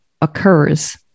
occurs